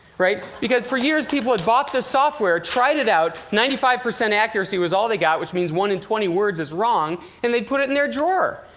right? because for years, people had bought this software, tried it out ninety five percent accuracy was all they got, which means one in twenty words is wrong and they'd put it in their drawer.